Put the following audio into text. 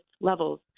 levels